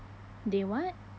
they what